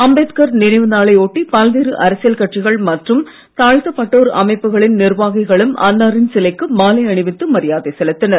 அம்பேத்கர் நினைவு நாளை ஒட்டி பல்வேறு அரசியல் கட்சிகள் மற்றும் தாழ்த்தப்பட்டோர் அமைப்புகளின் நிர்வாகிகளும் அன்னாரின் சிலைக்கு மாலை அணிவித்து மரியாதை செலுத்தினர்